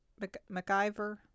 MacGyver